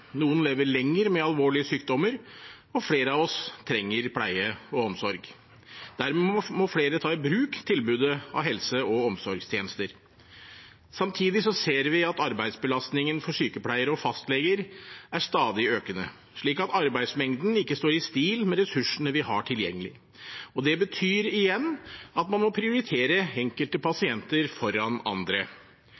noen lever lenger med alvorlige sykdommer, og flere av oss trenger pleie og omsorg. Dermed må flere ta i bruk tilbudet av helse- og omsorgstjenester. Samtidig ser vi at arbeidsbelastningen for sykepleiere og fastleger er stadig økende, slik at arbeidsmengden ikke står i stil med ressursene vi har tilgjengelig. Det betyr igjen at man må prioritere enkelte